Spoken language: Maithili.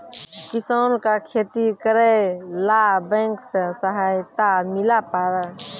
किसान का खेती करेला बैंक से सहायता मिला पारा?